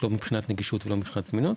לא מבחינת נגישות ולא מבחינת זמינות.